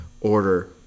order